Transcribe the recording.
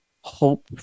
hope